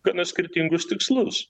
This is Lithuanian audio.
gana skirtingus tikslus